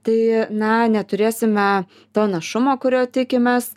tai na neturėsime to našumo kurio tikimės